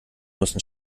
müssen